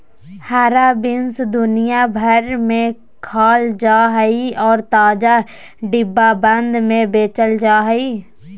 हरा बीन्स दुनिया भर में खाल जा हइ और ताजा, डिब्बाबंद में बेचल जा हइ